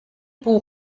buh